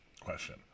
question